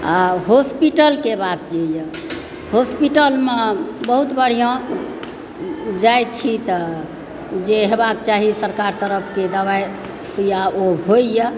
आ हॉस्पिटलके बात जे यऽ हॉस्पिटलमे बहुत बढ़िआँ जाइत छी तऽ जे हेबाक चाही सरकार तरफके दवाइ सुइयाँ ओ होइया